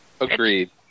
Agreed